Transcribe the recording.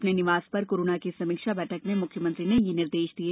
अपने निवास पर कोरोना की समीक्षा बैठक में मुख्यमंत्री ने यह निर्देश दिए